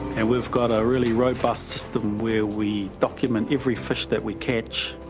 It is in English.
and we've got a really robust system where we document every fish that we catch,